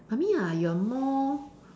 mummy ah you are more